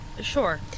Sure